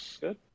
Good